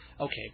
Okay